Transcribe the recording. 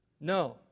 No